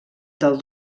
del